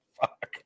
Fuck